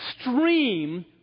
stream